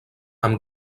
amb